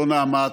לא נעמ"ת,